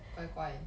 乖乖